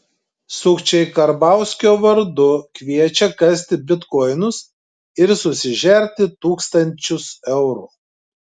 sukčiai karbauskio vardu kviečia kasti bitkoinus ir susižerti tūkstančius eurų